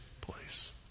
place